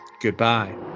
goodbye